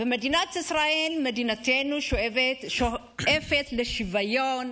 מדינת ישראל, מדינתנו, שואפת לשוויון